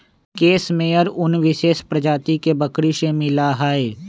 case मेयर उन विशेष प्रजाति के बकरी से मिला हई